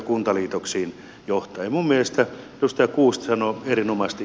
minun mielestäni edustaja kuusisto sanoi erinomaisesti